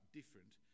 different